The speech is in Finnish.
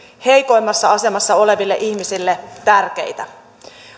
heikoimmassa asemassa oleville ihmisille tärkeitä